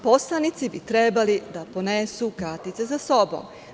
Poslanici bi trebalo da ponesu kartice sa sobom.